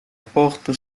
porte